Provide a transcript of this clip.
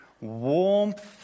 warmth